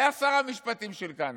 שהיה שר המשפטים של קנדה,